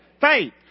Faith